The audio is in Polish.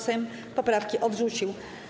Sejm poprawki odrzucił.